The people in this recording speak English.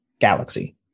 galaxy